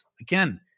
again